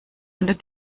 unter